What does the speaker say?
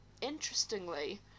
interestingly